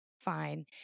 fine